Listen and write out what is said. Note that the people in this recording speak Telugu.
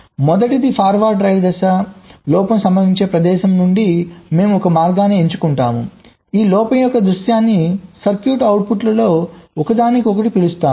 మొదటిది ఫార్వర్డ్ డ్రైవ్ దశ లోపం సంభవించే ప్రదేశం నుండి మేము ఒక మార్గాన్ని ఎంచుకుంటాము ఈ లోపం యొక్క దృశ్యాన్ని సర్క్యూట్ అవుట్పుట్లలో ఒకదానికి పిలుస్తాము